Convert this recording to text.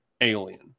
alien